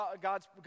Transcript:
God's